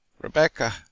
Rebecca